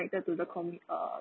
to the commu~ uh